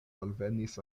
alvenis